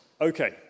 okay